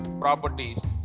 properties